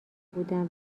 بودم